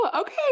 Okay